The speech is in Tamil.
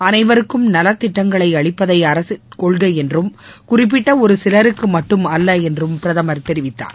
அனைவருக்கும் நலத்திட்டங்களைஅளிப்பதைஅரசின் கொள்கைஎன்றும் குறிப்பிட்டஒருசிலருக்குமட்டும் அல்லஎன்றுபிரதமர் தெரிவித்தார்